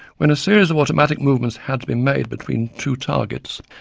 when a series of automatic movements had to be made between two targets,